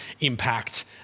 impact